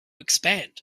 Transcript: expand